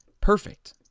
perfect